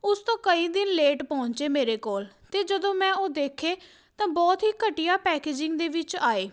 ਉਸ ਤੋਂ ਕਈ ਦਿਨ ਲੇਟ ਪਹੁੰਚੇ ਮੇਰੇ ਕੋਲ ਅਤੇ ਜਦੋਂ ਮੈਂ ਉਹ ਦੇਖੇ ਤਾਂ ਬਹੁਤ ਹੀ ਘਟੀਆ ਪੈਕਜਿੰਗ ਦੇ ਵਿੱਚ ਆਏ